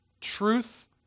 Truth